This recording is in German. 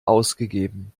ausgegeben